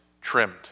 trimmed